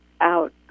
out